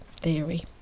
theory